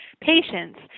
patients